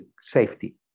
safety